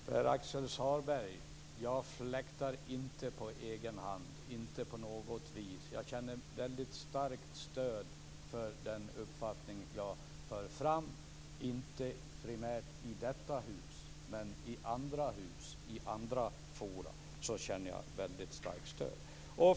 Fru talman! Jag fläktar inte på egen hand, inte på något vis. Jag känner ett väldigt starkt stöd för den uppfattning som jag för fram, inte primärt i detta hus men i andra hus och i andra forum.